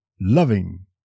loving